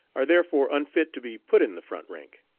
are therefore unfit to be put in the front rank.